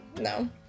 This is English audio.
No